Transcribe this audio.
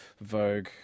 vogue